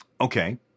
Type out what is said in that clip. Okay